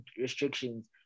restrictions